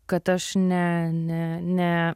kad aš ne ne ne